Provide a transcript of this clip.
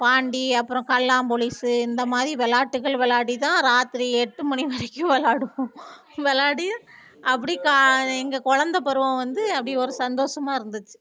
பாண்டி அப்புறம் கள்ளாம் போலீஸு இந்த மாதிரி விளாட்டுகள் விளாடிதான் ராத்திரி எட்டு மணி வரைக்கும் விளாடுவோம் விளாடி அப்படி கா எங்கள் கொழந்த பருவம் வந்து அப்படி ஒரு சந்தோஷமா இருந்துச்சு